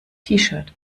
shirt